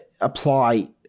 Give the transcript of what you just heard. apply